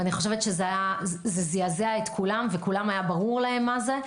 זה זעזע את כולם ולכולם היה בורר מה זה.